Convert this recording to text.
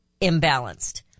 imbalanced